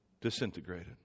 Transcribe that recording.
disintegrated